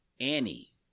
Annie